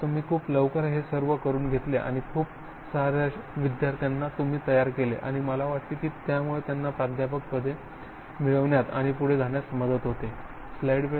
पण तुम्ही खूप लवकर हे सर्व करून घेतले आणि खूप सार्या विद्यार्थ्यांना तुम्ही तयार केले आणि मला वाटते की त्यामुळे त्यांना प्राध्यापक पदे मिळवण्यात आणि पुढे जाण्यास मदत होईल